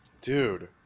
Dude